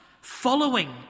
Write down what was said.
following